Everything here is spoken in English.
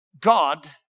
God